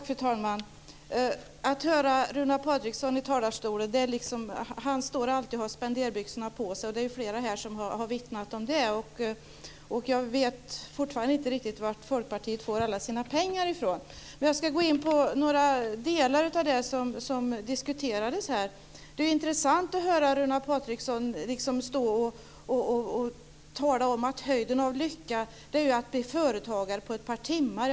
Fru talman! När Runar Patriksson står i talarstolen har han alltid spenderbyxorna på. Flera här har vittnat om det. Jag vet fortfarande inte riktigt varifrån Folkpartiet får alla sina pengar. Jag ska gå in på några delar av det som diskuterades här. Det är intressant att höra Runar Patriksson tala om att höjden av lycka är att på ett par timmar kunna bli företagare.